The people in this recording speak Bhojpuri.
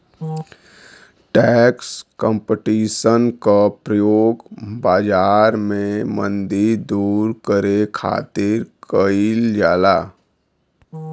टैक्स कम्पटीशन क प्रयोग बाजार में मंदी दूर करे खातिर कइल जाला